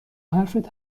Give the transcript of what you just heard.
حرفت